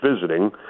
visiting